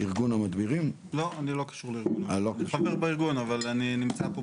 יש חברת הדברה שפועלת עם העירייה אבל השיטה לא נכונה והם לא אשמים.